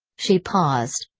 she paused.